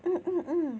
mm mm mm